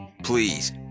please